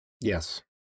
Yes